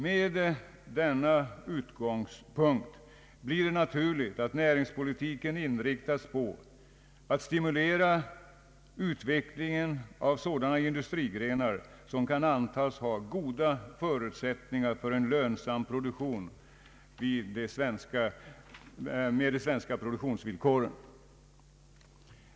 Med denna utgångspunkt blir det naturligt att näringspoli tiken inriktas på att stimulera utvecklingen av sådana industrigrenar som kan antas ha goda förutsättningar för en lönsam produktion med de svenska produktionsvillkoren.